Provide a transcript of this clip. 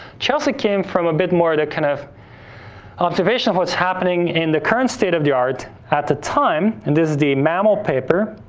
chelsea came from a bit more of the kind of observation of what's happening in the current state of the art at the time, and this is the mammal paper